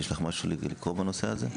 יש לך משהו לקרוא בנושא הזה?